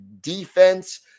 defense